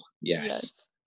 Yes